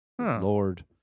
Lord